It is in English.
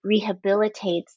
rehabilitates